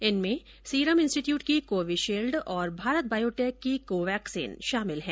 इनमें Serum Institute की Covishield और भारत बायोटेक की को वैक्सीन शामिल है